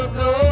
go